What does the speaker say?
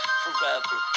forever